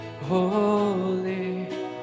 holy